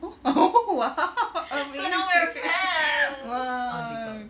oh oh !wow! amazing !wow!